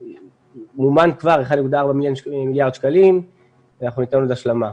מומן כבר בארבעה מיליארד שקלים ואנחנו ניתן עוד השלמה.